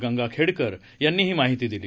गंगाखेडकर यांनी ही माहिती दिली